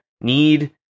need